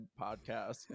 podcast